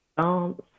dance